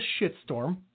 shitstorm